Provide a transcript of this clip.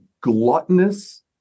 gluttonous